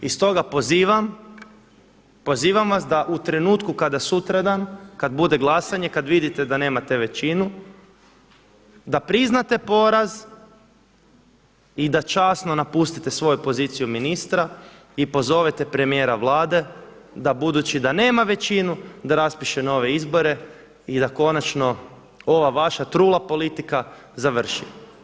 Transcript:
I stoga pozivam vas da u trenutku kada sutradan kada bude glasanje, kada vidite da nemate većinu da priznate poraz i da časno napustite svoju poziciju ministra i pozovete premijera Vlada, da budući da nema većinu da raspiše nove izbore i da konačno ova vaša trula politika završi.